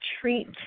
treat